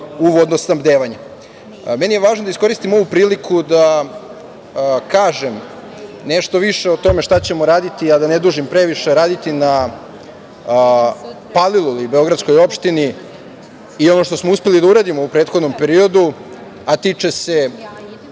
u vodosnabdevanje. Meni je važno da iskoristim ovu priliku da kažem nešto više o tome šta ćemo raditi, a da ne dužim previše, na Paliluli, beogradskoj opštini, i ono što smo uspeli da uradimo u prethodnom periodu, a tiče se